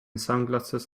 sunglasses